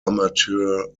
amateur